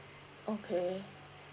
okay